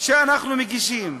שאנחנו מגישים.